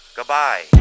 Goodbye